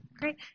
Great